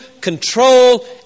control